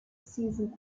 season